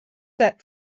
set